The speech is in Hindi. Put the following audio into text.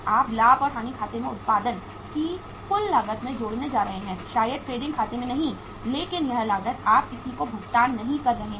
आप लाभ और हानि खाते में उत्पादन की कुल लागत में जोड़ने जा रहे हैं शायद ट्रेडिंग खाते में नहीं लेकिन यह लागत आप किसी को भी भुगतान नहीं करने जा रहे हैं